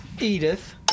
Edith